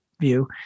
view